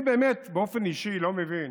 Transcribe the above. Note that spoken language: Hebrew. באמת, באופן אישי אני לא מבין